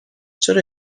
چرا